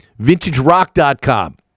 Vintagerock.com